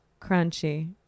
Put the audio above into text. Crunchy